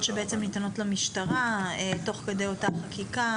שניתנות למשטרה תוך כדי אותה חקיקה?